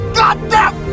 goddamn